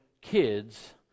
kids